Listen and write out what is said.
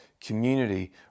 community